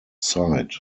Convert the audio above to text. site